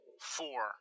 four